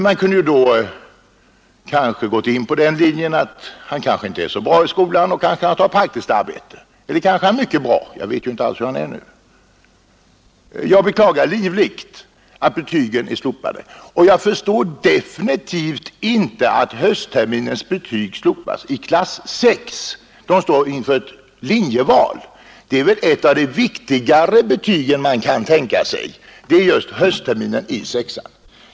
Man kunde ju dä kanske ha gått in på den linjen att han kanske inte är så bra i skolan och att han därför bör ta praktiskt arbete. Men det kan också hända att han är mycket bra. Jag vet mycket litet om detta. Jag beklagar livligt att betygen är slopade, och jag förstår definitivt inte att höstterminens betyg slopas i klass 6, när eleven står inför ett linjeval. Ett av de viktigaste betygen är ju just betyget från höstterminen i klass 6.